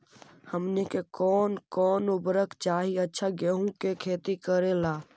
हमनी के कौन कौन उर्वरक चाही अच्छा गेंहू के खेती करेला?